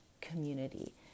community